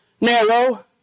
narrow